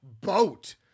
boat